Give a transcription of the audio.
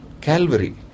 Calvary